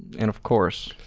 and of course.